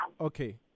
Okay